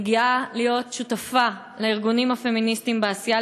אני גאה להיות שותפה לארגונים הפמיניסטיים בעשייה